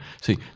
See